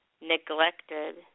neglected